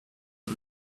and